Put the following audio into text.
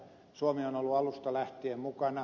suomi on ollut alusta lähtien mukana